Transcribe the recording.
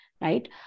right